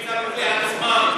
לעצמם,